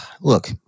Look